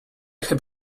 have